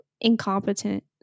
Incompetent